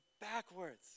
backwards